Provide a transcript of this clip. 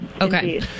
Okay